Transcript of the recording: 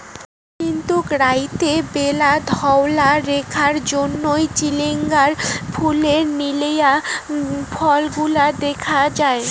কিন্তুক রাইতের ব্যালা ধওলা রেখার জইন্যে চিচিঙ্গার ফুলের নীলুয়া ফলগুলা দ্যাখ্যাং যাই